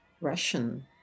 Russian